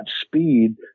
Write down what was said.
speed